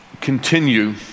continue